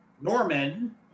Norman